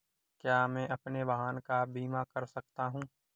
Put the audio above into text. क्या मैं अपने वाहन का बीमा कर सकता हूँ?